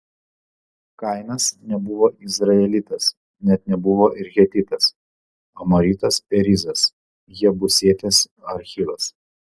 kainas nebuvo izraelitas bet nebuvo ir hetitas amoritas perizas jebusietis ar hivas